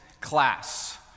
class